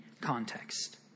context